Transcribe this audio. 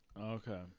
Okay